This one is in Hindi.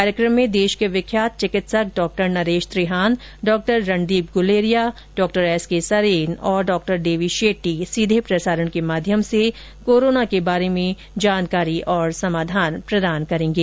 कार्यक्रम में देश के विख्यात चिकित्सक डॉ नरेश त्रिहान डॉ रणदीप गुलेरिया डॉ एस के सरीन और डॉ देवी शेट्टी सीधे प्रसारण के माध्यम से कोरोना के बारे में जानकारी और समाधान प्रदान करेंगे